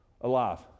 alive